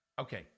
Okay